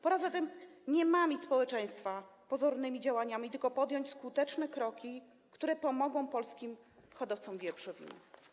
Pora zatem przestać mamić społeczeństwo pozornymi działaniami, tylko trzeba podjąć skuteczne kroki, które pomogą polskim hodowcom wieprzowiny.